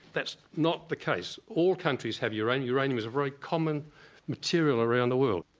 that's not the case. all countries have uranium, uranium is a very common material around the world.